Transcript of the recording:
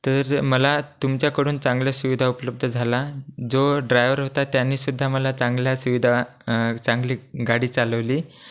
तर मला तुमच्याकडून चांगल्या सुविधा उपलब्ध झाला जो ड्रायव्हर होता त्यानेसुद्धा मला चांगल्या सुविधा चांगली गाडी चालवली